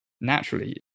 naturally